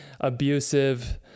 abusive